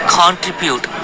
contribute